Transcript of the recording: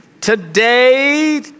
today